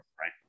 right